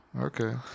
Okay